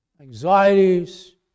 anxieties